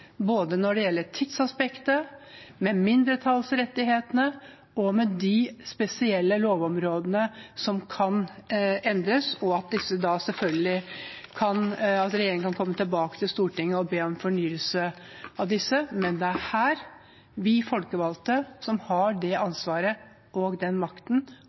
både når det gjelder tidsaspektet, mindretallsrettighetene og de spesielle lovområdene som kan endres. Regjeringen kan komme tilbake til Stortinget og be om fornyelse av disse, men det er vi folkevalgte – her – som har det ansvaret og den makten,